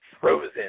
frozen